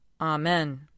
Amen